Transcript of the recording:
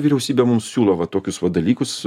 vyriausybė mums siūlo va tokius va dalykus